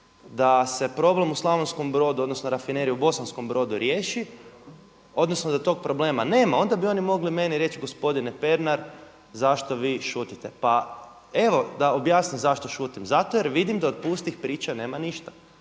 da se problem u Slavonskom Brodu, odnosno Rafinerije u Bosanskom Brodu riješi, odnosno da tog problema nema, onda bi oni mogli meni reći gospodine Pernar zašto vi šutite. Pa evo da objasnim zašto šutim? Zato jer vidim da od pustih priča nema ništa.